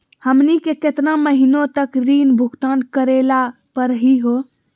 हमनी के केतना महीनों तक ऋण भुगतान करेला परही हो?